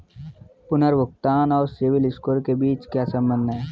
पुनर्भुगतान और सिबिल स्कोर के बीच क्या संबंध है?